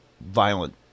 violent